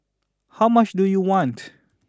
how much do you want